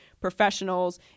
professionals